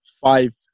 five